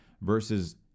versus